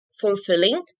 fulfilling